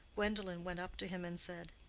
gwendolen went up to him and said,